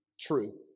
True